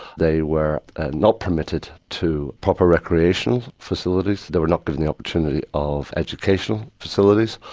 they were not permitted to proper recreation facilities, they were not given the opportunity of educational facilities,